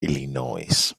illinois